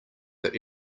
but